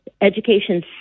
education